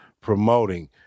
promoting